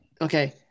Okay